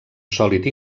sòlid